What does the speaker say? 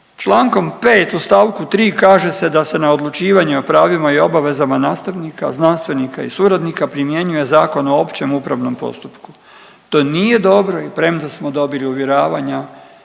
Čl. 5. u st. 3. kaže se da se na odlučivanje o pravima i obavezama nastavnika, znanstvenika i suradnika primjenjuje Zakon o općem upravnom postupku. To nije dobro i premda smo dobili uvjeravanja